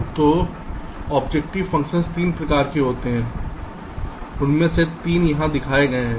तो उद्देश्य फ़ंक्शन 3 प्रकार के हो सकते हैं उनमें से 3 यहां दिखाए गए हैं